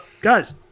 guys